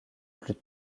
plus